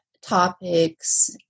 topics